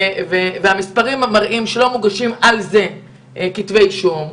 והמספרים מראים שלא מוגשים על זה כתבי אישום,